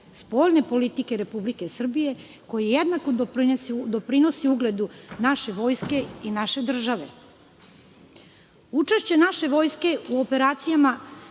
spoljne politike Republike Srbije, koji jednako doprinosi ugledu naše Vojske i naše države. Učešće naše Vojske u operacijama,